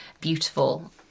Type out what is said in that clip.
beautiful